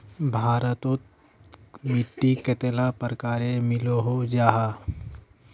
भारत तोत मिट्टी कैडा प्रकारेर मिलोहो जाहा?